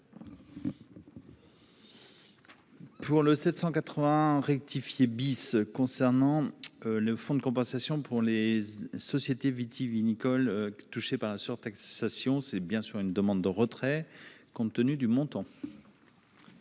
Pour le 780 rectifié bis concernant le fonds de compensation pour les sociétés vitivinicole, touchée par la sur taxation c'est bien sûr une demande de retrait, compte tenu du montant.